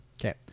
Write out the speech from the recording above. okay